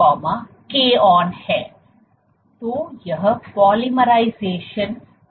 तो यह polymerization rate है